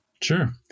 Sure